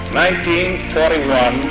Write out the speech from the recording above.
1941